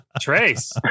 Trace